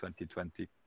2020